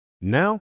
Now